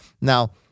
now